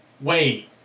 wait